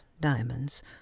diamonds